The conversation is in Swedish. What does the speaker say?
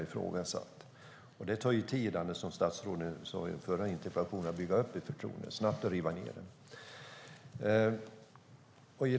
Det tar tid, som statsrådet sade i den förra interpellationsdebatten, att bygga upp ett förtroende. Och det går snabbt att riva ned det.